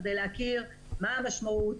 בכדי להכיר מה המשמעות,